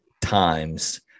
times